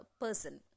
person